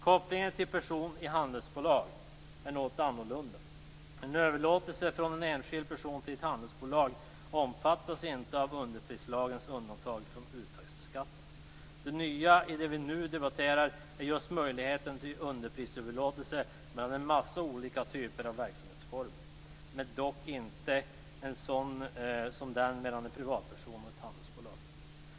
Kopplingen till personer i handelsbolag är något annorlunda. En överlåtelse från en enskild person till ett handelsbolag omfattas inte av underprislagens undantag från uttagsbeskattning. Det nya i det vi nu debatterar är just möjligheten till underprisöverlåtelser mellan en massa olika typer av verksamhetsformer, men dock inte en sådan som den mellan en privatperson och ett handelsbolag.